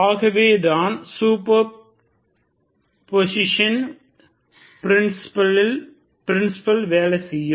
ஆகவே தான் superposition principle வேலை செய்யும்